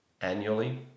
annually